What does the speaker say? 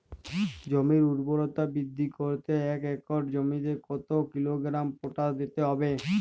জমির ঊর্বরতা বৃদ্ধি করতে এক একর জমিতে কত কিলোগ্রাম পটাশ দিতে হবে?